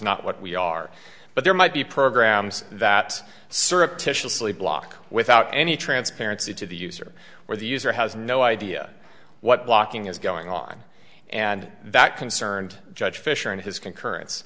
not what we are but there might be programs that surreptitiously block without any transparency to the user where the user has no idea what blocking is going on and that concerned judge fisher and his concurrence